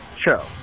show